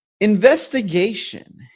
investigation